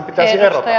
onko näin